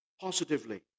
positively